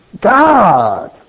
God